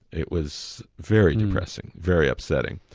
it was very depressing, very upsetting.